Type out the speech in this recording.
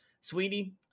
sweetie